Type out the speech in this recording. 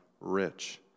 rich